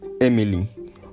Emily